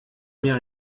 mir